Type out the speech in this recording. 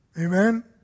Amen